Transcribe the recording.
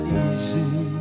easy